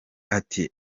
ati